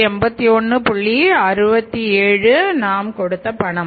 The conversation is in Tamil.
67 நாம் கொடுத்த பணம்